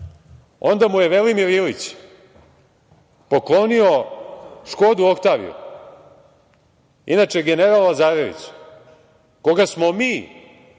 onda mu je Velimir Ilić poklonio Škodu oktaviju. Inače, general Lazarević koga smo mi,